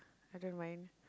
I don't mind